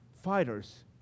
fighters